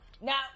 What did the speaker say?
Now